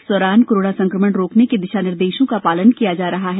इस दौरान कोरोना संकमण रोकने के दिशा निर्देशों का पालन किया जा रहा है